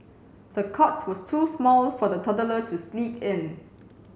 the cot was too small for the toddler to sleep in